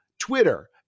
Twitter